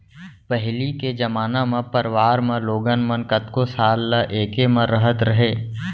पहिली के जमाना म परवार म लोगन मन कतको साल ल एके म रहत रहें